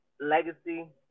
legacy